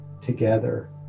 together